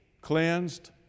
cleansed